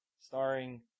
starring